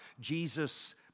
Jesus